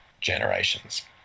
Generations